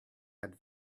had